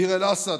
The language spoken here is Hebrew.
דיר אל-אסד,